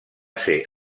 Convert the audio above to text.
ser